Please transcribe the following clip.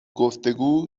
گفتگو